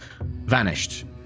vanished